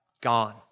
gone